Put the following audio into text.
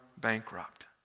bankrupt